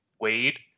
Wade